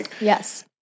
Yes